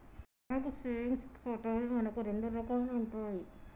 bank savings ఖాతాలు మనకు రెండు రకాలు ఉంటాయి